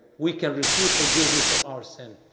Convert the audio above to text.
we can receive forgiveness of our sin.